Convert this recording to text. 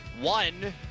One